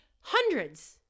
hundreds